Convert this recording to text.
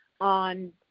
on